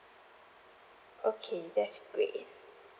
okay that's great